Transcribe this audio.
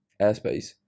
airspace